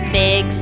big